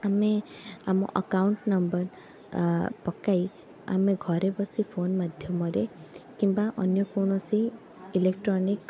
ଆମେ ଆମ account number ପକାଇ ଆମେ ଘରେ ବସି ଫୋନ ମାଧ୍ୟମରେ କିମ୍ବା ଅନ୍ୟ କୌଣସି ଇଲୋକ୍ଟ୍ରୋନିକ